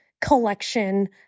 collection